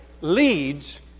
leads